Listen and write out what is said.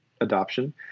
adoption